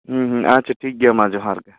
ᱦᱩᱸ ᱦᱩᱸ ᱟᱪᱪᱷᱟ ᱴᱷᱤᱠᱜᱮᱭᱟ ᱢᱟ ᱡᱚᱦᱟᱨᱜᱮ